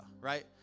right